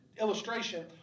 illustration